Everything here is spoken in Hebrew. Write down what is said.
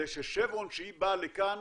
זה ש'שברון', כשהיא באה לכאן